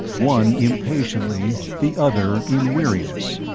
one impatiently, the other in weariness.